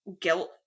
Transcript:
guilt